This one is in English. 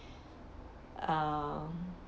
ah